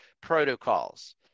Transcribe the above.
protocols